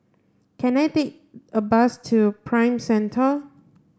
can I take a bus to Prime Centre